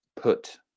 put